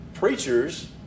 Preachers